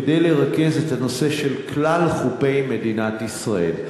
כדי לרכז את הנושא של כלל חופי מדינת ישראל.